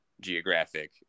geographic